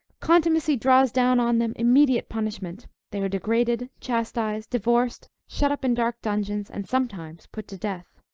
contumacy draws down on them immediate punishment they are degraded, chastised, divorced, shut up in dark dungeons, and sometimes put to death.